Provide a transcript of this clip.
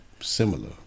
similar